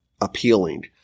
appealing